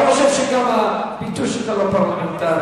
אני חושב שגם הביטוי שלך לא פרלמנטרי.